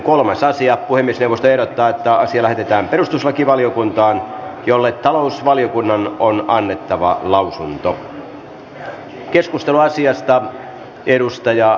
puhemiesneuvosto ehdottaa että asia lähetetään perustuslakivaliokuntaan jolle talousvaliokunnan on annettava lausunto